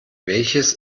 welches